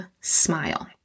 smile